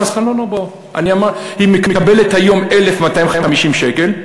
אמרתי: היא מקבלת היום 1,250 שקל,